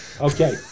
Okay